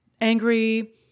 angry